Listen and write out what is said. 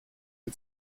die